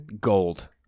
Gold